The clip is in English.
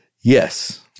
yes